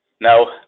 Now